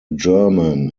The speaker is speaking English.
german